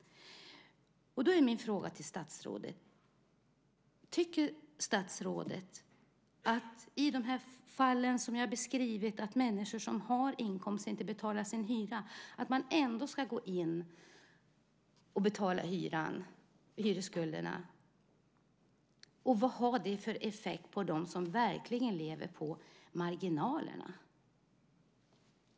Då är min fråga till statsrådet: Tycker statsrådet att man i de fall som jag har beskrivit, människor som har inkomster men inte betalar hyran, ändå ska gå in och betala hyresskulderna? Vad har det för effekt för dem som verkligen lever på marginalerna?